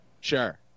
Sure